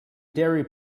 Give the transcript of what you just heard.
diary